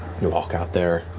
you walk out there,